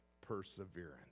perseverance